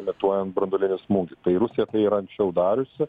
imituojant branduolinį smūgį tai rusija tai yra anksčiau dariusi